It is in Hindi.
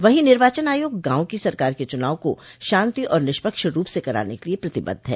वहीं निर्वाचन आयोग गांव की सरकार के चुनाव को शांति और निष्पक्ष रूप से कराने के लिये प्रतिबद्ध है